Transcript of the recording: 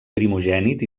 primogènit